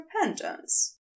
repentance